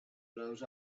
blows